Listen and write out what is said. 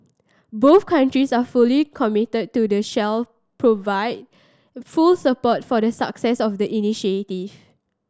both countries are fully committed to and shall provide full support for the success of the initiative